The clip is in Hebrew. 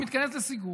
אני מתכנס לסיכום.